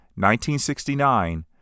1969